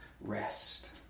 rest